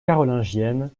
carolingienne